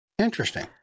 interesting